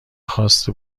خواسته